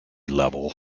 level